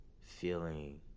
feeling